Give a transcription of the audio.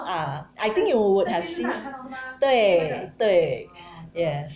ah I think you would have seen 对对 yes